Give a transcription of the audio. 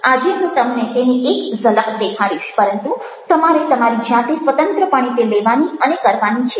આજે હું તમને તેની એક ઝલક દેખાડીશ પરંતુ તમારે તમારી જાતે સ્વતંત્રપણે તે લેવાની અને કરવાની છે